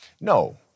No